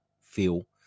feel